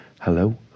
hello